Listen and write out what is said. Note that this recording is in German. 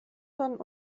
dann